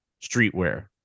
streetwear